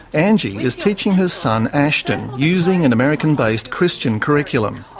angie is teaching her son ashton, using an american-based christian curriculum.